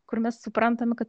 kur mes suprantam kad